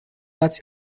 ați